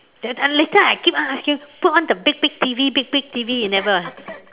that time later I keep on asking put on the big big T_V big big T_V you never